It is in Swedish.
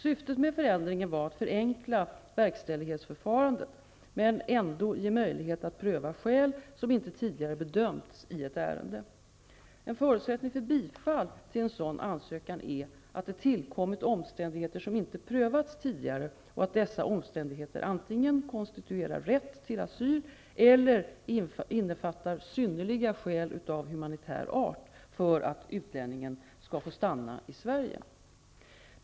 Syftet med förändringen var att förenkla verkställighetsförfarandet men ändå ge möjlighet att pröva skäl som inte tidigare bedömts i ett ärende. En förutsättning för bifall till en sådan ansökan är att det tillkommit omständigheter som inte prövats tidigare och att dessa omständigheter antingen konstituerar rätt till asyl eller innefattar synnerliga skäl av humanitär art för att utlänningen skall få stanna i Sverige.